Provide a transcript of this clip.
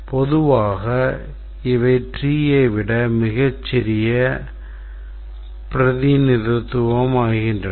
பொதுவாக இவை tree ஐ விட மிகச் சிறிய பிரதிநிதித்துவமாகின்றன